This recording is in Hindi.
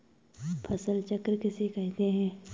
फसल चक्र किसे कहते हैं?